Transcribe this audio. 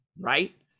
right